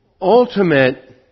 ultimate